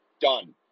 done